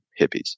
hippies